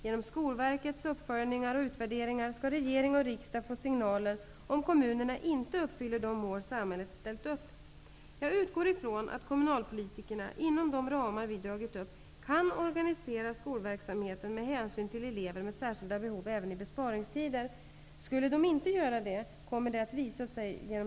Genom Skolverkets uppföljningar och utvärderingar skall regering och riksdag få signaler om kommunerna inte uppfyller de mål samhället ställt upp. Jag utgår ifrån att kommunalpolitikerna, inom de ramar vi dragit upp, kan organisera skolverksamheten med hänsyn till elever med särskilda behov även i besparingstider. Skulle de inte göra det, kommer det att visa sig genom